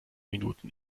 minuten